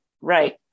right